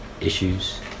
issues